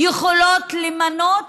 יכולות למנות